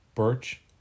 birch